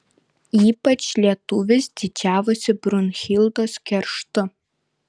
ypač lietuvis didžiavosi brunhildos kerštu